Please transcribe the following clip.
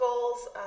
goals